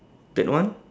third one